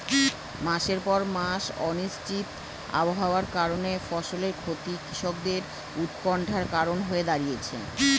মাসের পর মাস অনিশ্চিত আবহাওয়ার কারণে ফসলের ক্ষতি কৃষকদের উৎকন্ঠার কারণ হয়ে দাঁড়িয়েছে